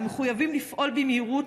אנו מחויבים לפעול במהירות,